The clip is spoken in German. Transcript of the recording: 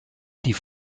die